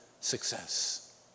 success